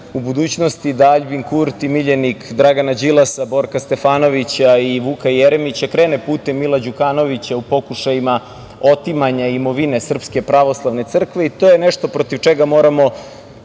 u budućnosti da Aljbin Kurti, miljenik Dragana Đilasa, Borka Stefanovića i Vuka Jeremića, krene putem Mila Đukanovića u pokušajima otimanja imovine SPC, i to je nešto protiv čega moramo